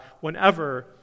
whenever